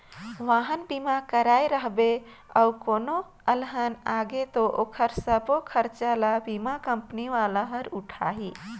वाहन बीमा कराए रहिबे अउ कोनो अलहन आगे त ओखर सबो खरचा ल बीमा कंपनी वाला हर उठाही